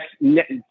Next